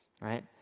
right